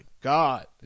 god